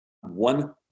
one